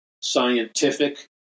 scientific